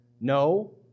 No